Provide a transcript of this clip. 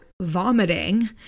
vomiting